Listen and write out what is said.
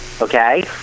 Okay